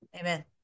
Amen